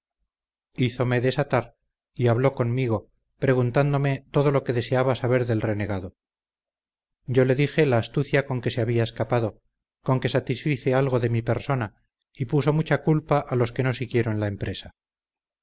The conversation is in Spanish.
embajador hízome desatar y habló conmigo preguntándome todo lo que deseaba saber del renegado yo le dije la astucia con que se había escapado con que satisfice algo de mi persona y puso mucha culpa a los que no siguieron la empresa